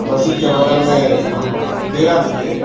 مسجد کے بغل میں ہم ڈیرا لیے